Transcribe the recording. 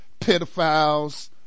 pedophiles